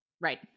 right